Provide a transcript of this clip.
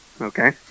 okay